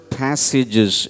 passages